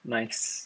nice